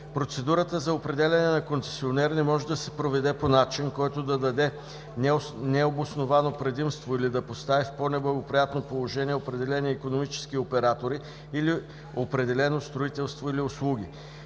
Процедурата за определяне на концесионер не може да се проведе по начин, който да даде необосновано предимство или да постави в по-неблагоприятно положение определени икономически оператори или определено строителство или услуги.